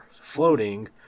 floating